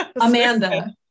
Amanda